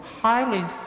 highly